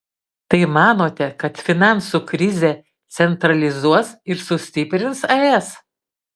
tai manote kad finansų krizė centralizuos ir sustiprins es